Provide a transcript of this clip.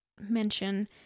mention